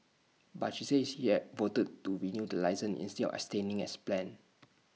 but she said she had voted to renew the licence instead of abstaining as planned